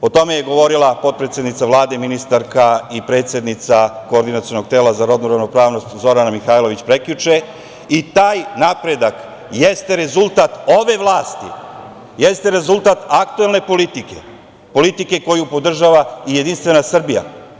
O tome je govorila potpredsednica Vlade, ministarka i predsednica koordinacionog tela za rodnu ravnopravnost Zorana Mihajlović, prekjuče i taj napredak jeste rezultat ove vlasti, jeste rezultat aktuelne politike, politike koju podržava i Jedinstvena Srbija.